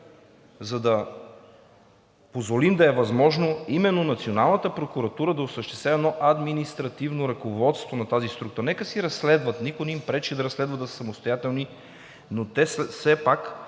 за да позволим да е възможно именно националната прокуратура да осъществява административно ръководство на тази структура. Нека си разследват, никой не им пречи да разследват, да са самостоятелни, но те все пак